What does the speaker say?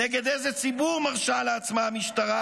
נגד איזה ציבור מרשה לעצמה המשטרה